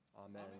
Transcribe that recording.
amen